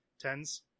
Tens